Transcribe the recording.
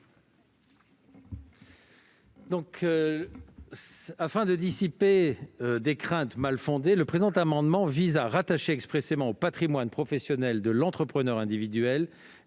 Afin de dissiper des craintes mal fondées, le présent amendement vise à rattacher expressément au patrimoine professionnel de l'entrepreneur individuel